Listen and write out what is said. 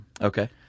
Okay